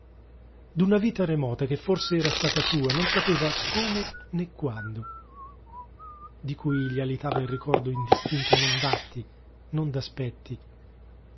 lontananza d'una vita remota che forse era stata sua non sapeva come né quando di cui gli alitava il ricordo indistinto non d'atti non